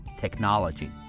technology